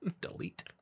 delete